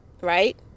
right